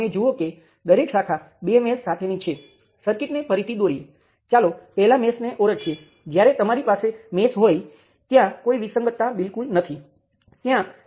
તેથી Vx ને R13 માંથી કરંટ તરીકે લખી શકાય છે જે i1 i 3 × R13 છે